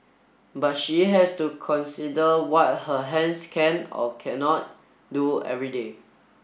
but she has to consider what her hands can or cannot do every day